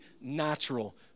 natural